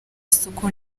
isoko